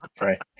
right